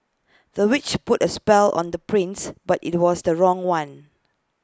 the witch put A spell on the prince but IT was the wrong one